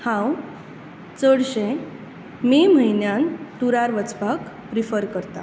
हांव चडशें मे म्हयन्यांत टुरार वचपाक प्रिफर करतां